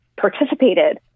participated